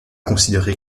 considéré